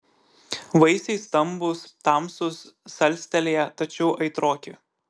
vaisiai stambūs tamsūs salstelėję tačiau aitroki